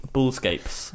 Bullscapes